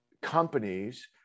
companies